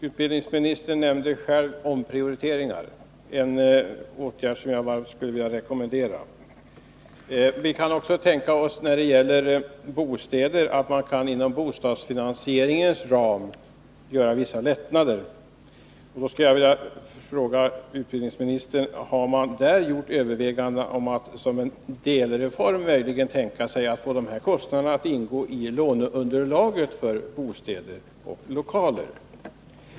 Utbildningsministern nämnde själv omprioriteringar, en åtgärd som jag varmt skulle vilja rekommendera. När det gäller kostnaderna kan man tänka sig att inom bostadsfinansieringens ram göra vissa lättnader. Jag skulle vilja fråga utbildningsministern om man övervägt att som en delreform tänka sig att få dessa kostnader att ingå i låneunderlaget för bostäder och lokaler.